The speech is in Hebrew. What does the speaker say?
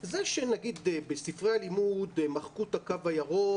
זה שנגיד בספרי הלימוד מחקו את הקו הירוק,